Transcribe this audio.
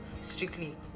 strictly